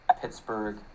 Pittsburgh